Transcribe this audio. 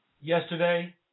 yesterday